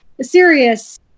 serious